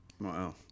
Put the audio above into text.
Wow